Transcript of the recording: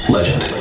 Legend